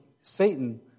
Satan